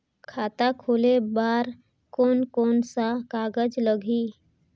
खाता खुले बार कोन कोन सा कागज़ लगही?